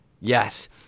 Yes